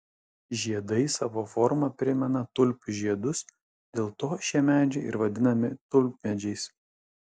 žiedai savo forma primena tulpių žiedus dėl to šie medžiai ir vadinami tulpmedžiais